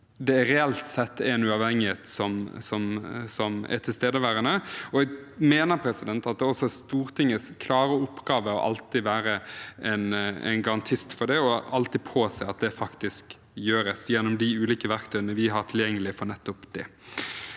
man må alltid teste om uavhengigheten reelt sett er til stede. Jeg mener at det er Stortingets klare oppgave å alltid være en garantist for det og alltid påse at det faktisk gjøres, gjennom de ulike verktøyene vi har tilgjengelig for nettopp det.